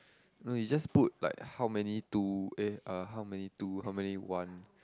no you just put like how many two eh uh how many two how many one